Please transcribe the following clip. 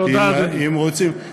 כי אם רוצים,